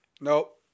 Nope